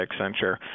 Accenture